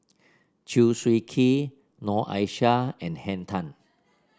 Chew Swee Kee Noor Aishah and Henn Tan